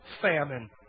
famine